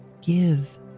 give